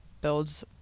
builds